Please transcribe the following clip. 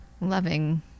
loving